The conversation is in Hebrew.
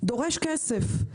דורש כסף.